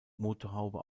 motorhaube